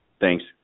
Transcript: Thanks